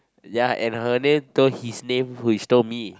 ya and her name told his name who is told me